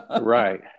Right